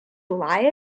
lie